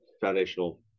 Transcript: foundational